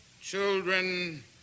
Children